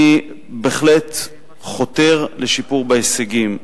אני בהחלט חותר לשיפור בהישגים,